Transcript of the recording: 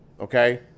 Okay